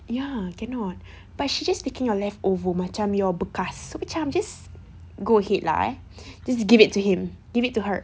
ya cannot but she just became your leftover macam your bekas just go ahead lah just give it to him give it to her